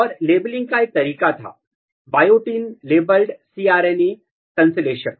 और लेबलिंग का एक तरीका था बायोटिन लेबल्ड cRNA संश्लेषण